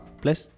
plus